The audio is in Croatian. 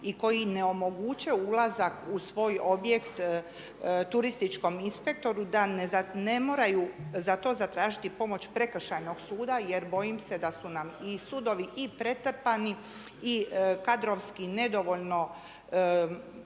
i koji ne omoguće ulazak u svoj objekt turističkom inspektoru, ne moraju za to zatražiti pomoć prekršajnog suda jer bojim se da su nam i sudovi i pretrpani i kadrovski nedovoljno